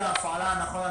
הפעלה נכון.